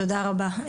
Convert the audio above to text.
תודה רבה.